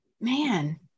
man